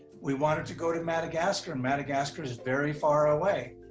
we wanted to go to madagascar, and madagascar is very far away.